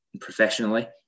professionally